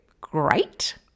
great